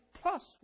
plus